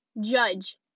Judge